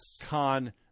Con